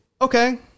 okay